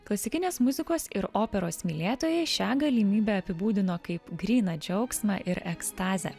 klasikinės muzikos ir operos mylėtojai šią galimybę apibūdino kaip gryną džiaugsmą ir ekstazę